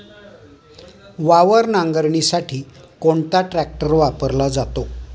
वावर नांगरणीसाठी कोणता ट्रॅक्टर वापरला जातो?